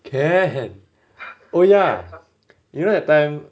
can oh ya you know that time